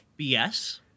BS